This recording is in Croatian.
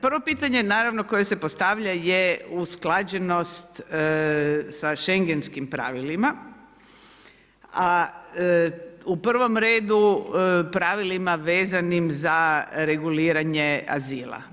Prvo pitanje, naravno koje se postavlja je usklađenost sa schengenskim pravilima, a u prvom redu pravilima vezanim za reguliranje azila.